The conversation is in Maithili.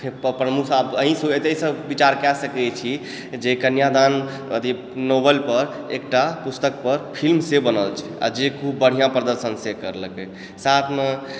प्रमुख आब एहिसँ एतेसँ विचार कए सकैत छी जे कन्यादान अथि नॉवेलपर एकटा पुस्तकपर फिल्म से बनल छै आओर जे खूब बढ़िआँ प्रदर्शन करलकै साथमे